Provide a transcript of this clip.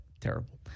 Terrible